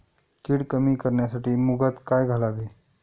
कीड कमी करण्यासाठी मुगात काय घालावे?